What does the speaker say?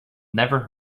never